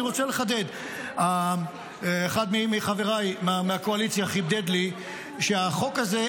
אני רוצה לחדד: אחד מחבריי מהקואליציה חידד לי שהחוק הזה,